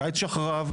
לקיץ שאחריו,